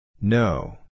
No